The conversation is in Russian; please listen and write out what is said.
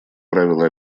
правило